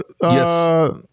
Yes